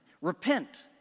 Repent